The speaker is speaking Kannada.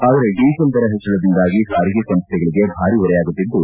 ಆದರೆ ಡೀಸೆಲ್ ದರ ಹೆಚ್ಚಳದಿಂದಾಗಿ ಸಾರಿಗೆ ಸಂಸ್ವೆಗಳಗೆ ಭಾರೀ ಹೊರೆಯಾಗುತ್ತಿದ್ದು